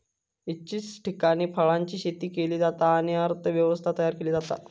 इच्छित ठिकाणी फळांची शेती केली जाता आणि अर्थ व्यवस्था तयार केली जाता